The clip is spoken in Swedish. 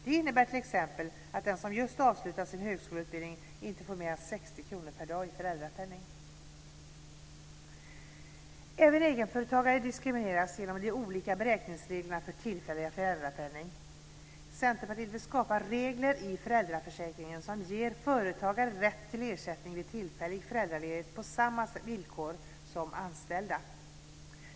Det innebär t.ex. att den som just har avslutat sin högskoleutbildning inte får mer än 60 kr per dag i föräldrapenning. Även egenföretagare diskrimineras på grund av de olika beräkningsreglerna för tillfällig föräldrapenning. Centerpartiet vill skapa regler i föräldraförsäkringen som ger företagare rätt till ersättning vid tillfällig föräldraledighet på samma villkor som anställda.